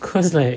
cause like